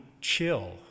chill